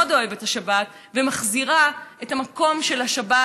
אוהבת את השבת ומחזירה את המקום של השבת,